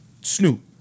Snoop